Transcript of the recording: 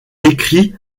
écrit